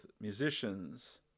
musicians